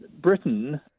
Britain